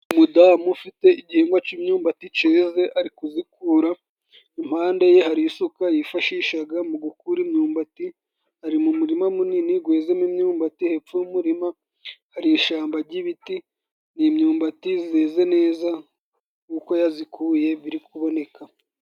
Umudamu ufite igihingwa c'imyumbati ceze ari kuzikura. Impande ye hari isuka yifashishaga mu gukura imyumbati. Ari mu murima munini gwezemo imyumbati hepfo y'umurima hari ishamba ry'ibiti n'imyumbati zeze neza kuko yazikuye biri kuboneka.